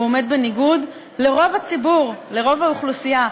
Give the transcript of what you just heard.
הוא עומד בניגוד לרוב הציבור, לרוב האוכלוסייה.